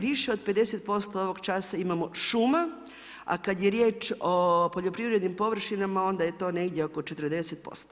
Više od 50% ovog časa imamo šuma, a kad je riječ o poljoprivrednim površinama onda je to negdje oko 40%